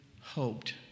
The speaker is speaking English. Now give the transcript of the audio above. hoped